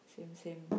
same same